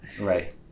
Right